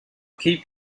keep